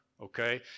okay